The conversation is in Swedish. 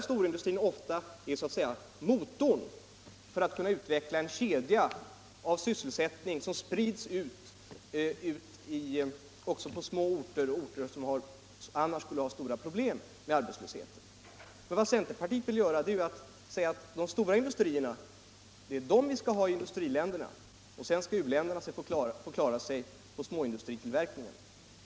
Småindustrin är ofta så att säga motorn för att man skall kunna utveckla en kedja av sysselsättning, som sprids ut också på små orter som annars skulle ha stora problem med arbetslöshet. Vad centerpartiet säger är ju att stora industrier skall vi ha i industriländerna, och sedan skall u-länderna få klara sig med småindustritillverkning.